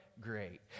Great